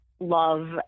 love